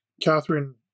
Catherine